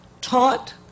taught